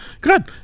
Good